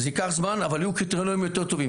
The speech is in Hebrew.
זה ייקח זמן אבל יהיו קריטריונים טובים יותר.